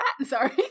Sorry